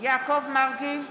יעקב מרגי,